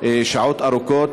שעות ארוכות,